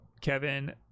Kevin